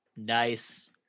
nice